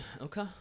Okay